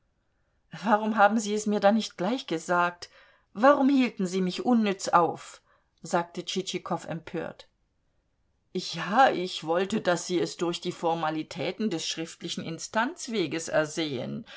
warum haben sie es mir dann nicht gleich gesagt warum hielten sie mich unnütz auf sagte tschitschikow empört ja ich wollte daß sie es durch die formalitäten des schriftlichen instanzenweges ersehen